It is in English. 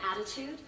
attitude